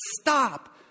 stop